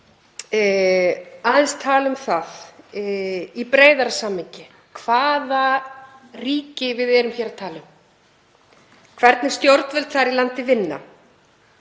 aðeins tala um það í breiðara samhengi hvaða ríki við erum hér að tala um, hvernig stjórnvöld þar í landi vinna,